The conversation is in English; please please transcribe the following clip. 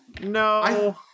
no